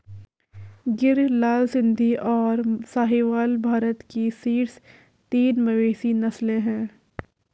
गिर, लाल सिंधी, और साहीवाल भारत की शीर्ष तीन मवेशी नस्लें हैं